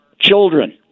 children